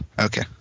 okay